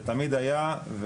זה תמיד היה,